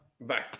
Bye